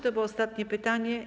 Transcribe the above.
To było ostatnie pytanie.